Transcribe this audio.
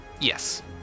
Yes